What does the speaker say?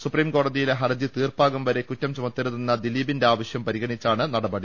സുപീംകോടതി യിലെ ഹർജി തീർപ്പാക്കും വരെ കുറ്റം ചുമത്തരുതെന്ന ദിലീപിന്റെ ആവശ്യം പരിഗണിച്ചാണ് നടപടി